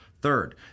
Third